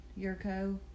Yurko